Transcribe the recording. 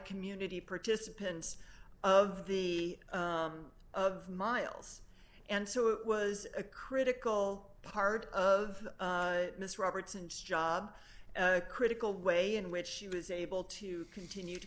community participants of the of miles and so it was a critical part of miss robertson's job a critical way in which she was able to continue to